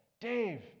Dave